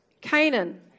Canaan